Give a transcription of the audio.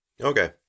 Okay